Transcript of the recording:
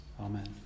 Amen